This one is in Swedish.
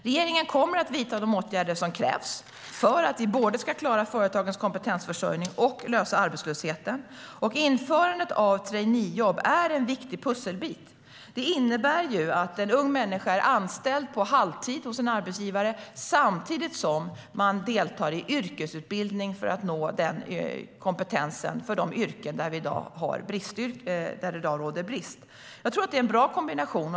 Regeringen kommer att vidta de åtgärder som krävs för att vi både ska klara företagens kompetensförsörjning och lösa arbetslösheten. Införandet av traineejobb är en viktig pusselbit. Det innebär att en ung människa är anställd på halvtid hos en arbetsgivare samtidigt som hon deltar i yrkesutbildning för att nå kompetens i de yrken där det i dag råder brist. Jag tror att detta är en bra kombination.